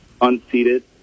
unseated